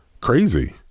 crazy